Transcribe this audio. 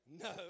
No